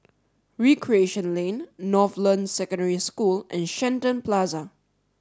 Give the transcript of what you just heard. recreation Lane Northland Secondary School and Shenton Plaza